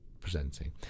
presenting